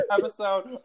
Episode